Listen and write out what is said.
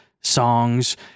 songs